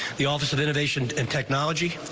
the office of innovation and technology.